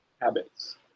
habits